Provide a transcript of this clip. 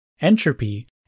entropy